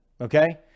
okay